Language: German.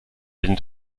den